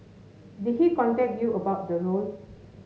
did he contact you about the role